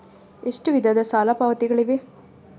ಎಷ್ಟು ವಿಧದ ಸಾಲ ಪಾವತಿಗಳಿವೆ?